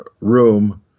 room